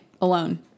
alone